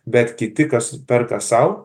bet kiti kas perka sau